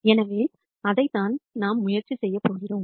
எனவே அதைத்தான் நாம் முயற்சி செய்யப் போகிறோம்